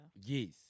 Yes